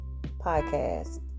podcast